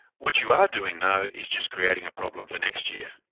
what you are doing though is just creating a problem for next year,